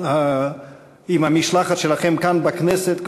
עם המשלחת שלכם כאן בכנסת,